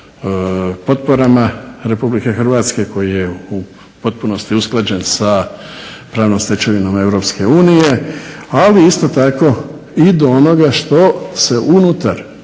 o potporama Republike Hrvatske koji je u potpunosti usklađen sa pravnom stečevinom EU, ali isto tako i do onoga što se unutar